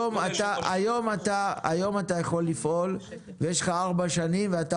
היום אתה יכול לפעול ויש לך ארבע שנים ואתה